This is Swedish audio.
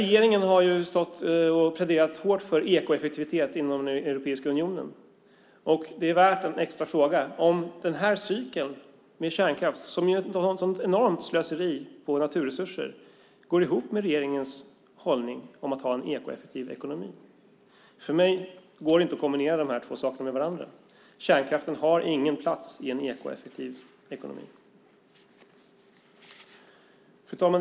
Regeringen har pläderat hårt för ekoeffektivitet inom Europeiska unionen. Det är värt en extra fråga. Går den här cykeln med kärnkraft, som innebär ett så enormt slöseri med naturresurser, ihop med regeringens hållning att ha en ekoeffektiv ekonomi? För mig går det inte att kombinera de här två sakerna med varandra. Kärnkraften har ingen plats i en ekoeffektiv ekonomi. Fru talman!